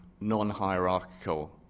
non-hierarchical